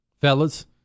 fellas